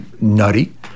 nutty